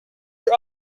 your